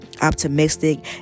optimistic